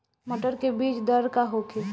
मटर के बीज दर का होखे?